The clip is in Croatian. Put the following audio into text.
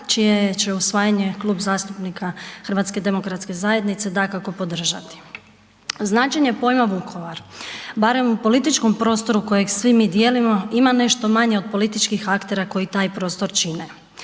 čije će usvajanje Kluba zastupnika HDZ-a, dakako, podržati. Značenje pojma Vukovar, barem u političkom prostoru kojeg svi mi dijelimo, ima nešto manje od političkih aktera koji taj prostor čine.